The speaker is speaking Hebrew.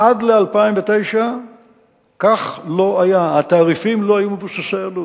עד 2009 לא כך היה, התעריפים לא היו מבוססי עלות,